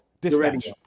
Dispatch